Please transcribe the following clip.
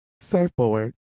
surfboard